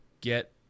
get